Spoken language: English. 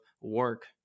work